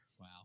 Wow